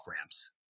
ramps